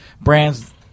brands